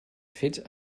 fets